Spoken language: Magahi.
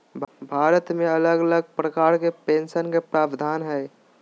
भारत मे अलग अलग प्रकार के पेंशन के प्रावधान हय